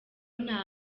nta